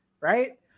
right